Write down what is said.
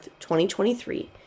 2023